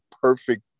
perfect